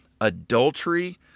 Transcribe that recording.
adultery